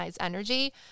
energy